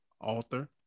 author